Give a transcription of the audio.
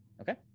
okay